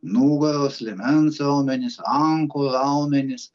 nugaros liemens raumenys rankų raumenys